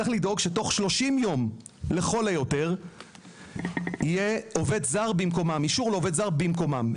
צריך לדאוג שבתוך שלושים יום לכל היותר יהיה אישור לעובד זר במקומם.